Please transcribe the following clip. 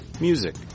Music